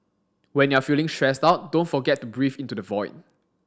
when you are feeling stressed out don't forget to breathe into the void